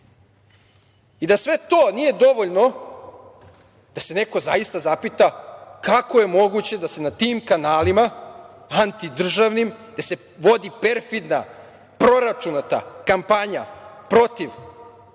i da sve to nije dovoljno da se neko zaista zapita kako je moguće da se na tim kanalima antidržavnim, gde se vodi perfidna, proračunata kampanja protiv